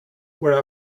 were